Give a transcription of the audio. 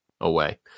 away